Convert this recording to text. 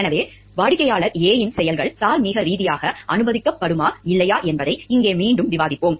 எனவே client A இன் செயல்கள் தார்மீக ரீதியாக அனுமதிக்கப்படுமா இல்லையா என்பதை இங்கே மீண்டும் விவாதிப்போம்